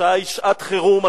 השעה היא שעת חירום.